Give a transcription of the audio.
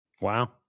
Wow